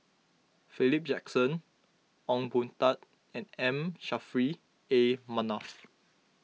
Philip Jackson Ong Boon Tat and M Saffri A Manaf